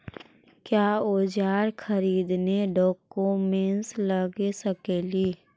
क्या ओजार खरीदने ड़ाओकमेसे लगे सकेली?